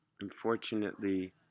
unfortunately